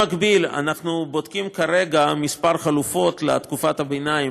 במקביל אנחנו בודקים כרגע כמה חלופות לתקופת הביניים,